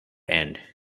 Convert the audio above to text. end